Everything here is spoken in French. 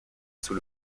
sous